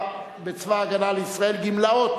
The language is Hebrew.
בצבא-הגנה לישראל (גמלאות)